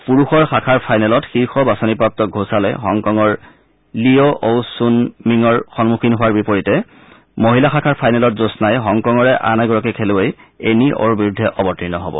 পুৰুষ শাখাৰ ফাইনেলত শীৰ্ষ বাচনিপ্ৰাপ্ত ঘোচালে হংকঙৰ লিঅ' অউ চুন মিংঙৰ সন্মুখীন হোৱাৰ বিপৰীতে মহিলা শাখাৰ ফাইনেলত জোম্নাই হংকঙৰে আন এগৰাকী খেলুৱৈ এনি অউৰ বিৰুদ্ধে অৱতীৰ্ণ হ'ব